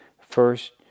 First